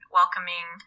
welcoming